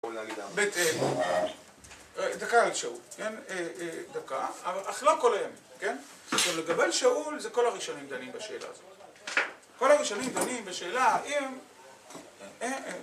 דקה על שאול, כן? דקה, אך לא כל הימים, כן? לגבי שאול זה כל הראשונים דנים בשאלה הזאת. כל הראשונים דנים בשאלה האם...